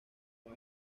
con